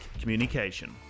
communication